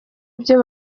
ibyo